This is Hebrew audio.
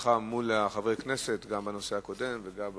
שלך מול חברי הכנסת, גם בנושא הקודם וגם עכשיו.